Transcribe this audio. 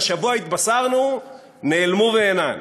והשבוע התבשרנו: נעלמו ואינם.